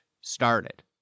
started